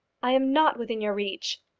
i am not within your reach.